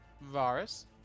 varus